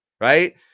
right